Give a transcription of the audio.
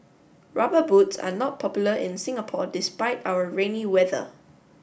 rubber boots are not popular in Singapore despite our rainy weather